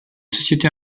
sociétés